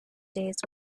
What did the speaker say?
days